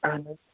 اَہَن حظ